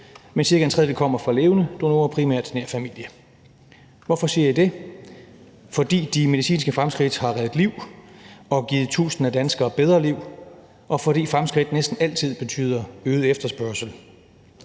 men cirka en tredjedel kommer fra levende donorer, primært nær familie. Hvorfor siger jeg det? Fordi de medicinske fremskridt har reddet liv og givet tusinder af danskere bedre liv, og fordi fremskridt næsten altid betyder øget efterspørgsel.